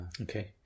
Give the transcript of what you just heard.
Okay